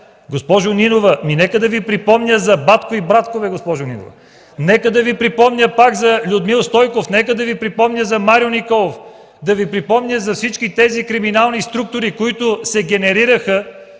Госпожо Нинова, нека да Ви припомня за Батко и Братко. Нека да Ви припомня пак за Людмил Стойков, нека да Ви припомня за Марио Николов, да Ви припомня за всички тези криминални структури, в които се генерираха